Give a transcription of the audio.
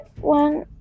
one